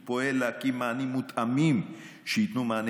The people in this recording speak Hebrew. ופועל להקים מענים מותאמים שייתנו מענה